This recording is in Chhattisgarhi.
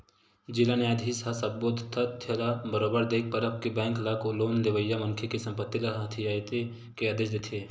जिला न्यायधीस ह सब्बो तथ्य ल बरोबर देख परख के बेंक ल लोन लेवइया मनखे के संपत्ति ल हथितेये के आदेश देथे